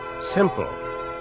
Simple